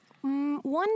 One